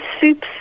soups